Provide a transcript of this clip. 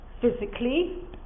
Physically